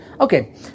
Okay